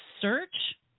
search